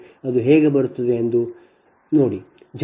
ಆದ್ದರಿಂದ ಅದು ಹೇಗೆ ಬರುತ್ತಿದೆ ಎಂದು ZBUS0